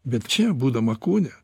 bet čia būdama kūne